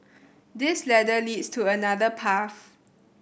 this ladder leads to another path